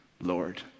Lord